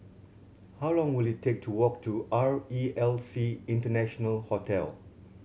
how long will it take to walk to R E L C International Hotel